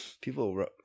People